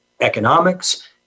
economics